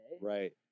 Right